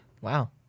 Wow